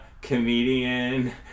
comedian